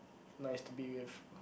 nice to be with